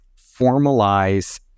formalize